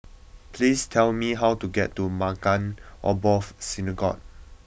please tell me how to get to Maghain Aboth Synagogue